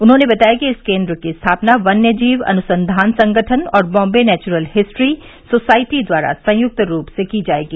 उन्होंने बताया कि इस केन्द्र की स्थापना वन्य जीव अनुसंधान संगठन और बाम्बे नेचुरल हिस्ट्री सोसायटी द्वारा संयुक्त रूप से की जायेगी